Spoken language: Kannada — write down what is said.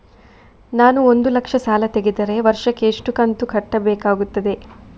ನಾನು ಒಂದು ಲಕ್ಷ ಸಾಲ ತೆಗೆದರೆ ವರ್ಷಕ್ಕೆ ಎಷ್ಟು ಕಂತು ಕಟ್ಟಬೇಕಾಗುತ್ತದೆ?